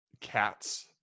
cats